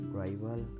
rival